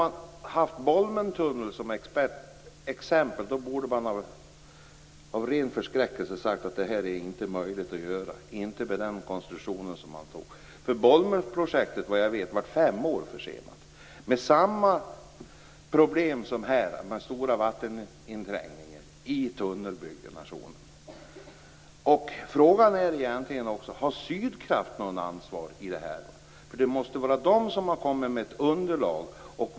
Men om Bolmentunneln angavs som föredöme borde man ha sagt att detta inte var möjligt att genomföra med den konstruktionen. Bolmenprojektet blev, såvitt jag vet, fem år försenat och hade samma problem som nu med stora vatteninträngningar i tunnelbygget. Frågan är om Sydkraft har något ansvar i detta. De måste ju ha kommit med ett underlag.